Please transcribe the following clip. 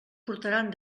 portaran